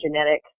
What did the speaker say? genetic